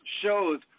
shows